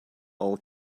all